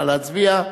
נא להצביע.